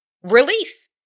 relief